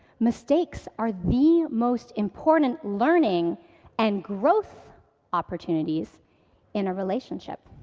mistakes are the most important learning and growth opportunities in a relationship.